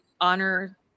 honor